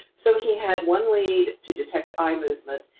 so he had one lead to detect eye movement,